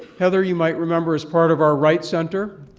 heather, you might remember, is part of our wright center,